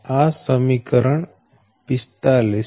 આ સમીકરણ 45 છે